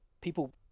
People